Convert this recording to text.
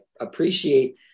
appreciate